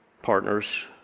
partners